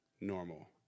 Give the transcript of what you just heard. normal